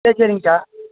சரி சரிங்க்கா